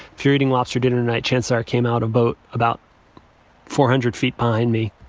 if you're eating lobster dinner tonight, chances are it came out about about four hundred feet behind me.